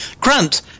Grant